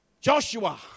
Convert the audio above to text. Joshua